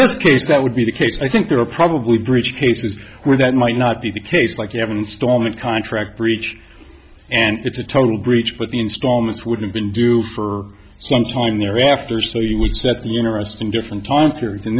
in this case that would be the case i think there are probably breach cases where that might not be the case like you have an installment contract breach and it's a total breach but the installments would have been due for some time thereafter so you would set the interest in different time periods in